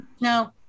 No